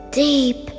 deep